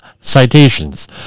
citations